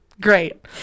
Great